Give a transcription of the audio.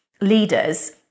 leaders